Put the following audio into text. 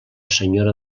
senyora